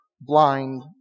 blind